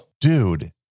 Dude